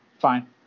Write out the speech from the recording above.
fine